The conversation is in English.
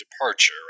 departure